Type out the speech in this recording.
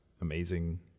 amazing